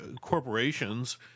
corporations